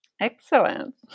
Excellent